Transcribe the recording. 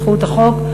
בזכות החוק,